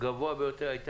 יש מגוון אמירות.